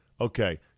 okay